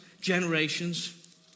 generations